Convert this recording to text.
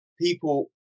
people